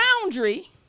boundary